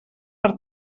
per